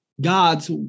God's